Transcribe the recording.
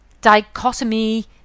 dichotomy